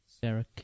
Sarah